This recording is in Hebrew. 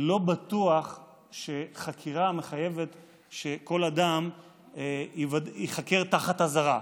לא בטוח שחקירה מחייבת שכל אדם ייחקר תחת אזהרה.